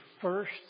first